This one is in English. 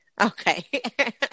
okay